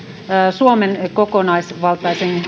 suomen kokonaisvaltaisen